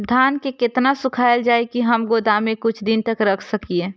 धान के केतना सुखायल जाय की हम गोदाम में कुछ दिन तक रख सकिए?